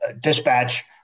dispatch